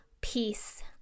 peace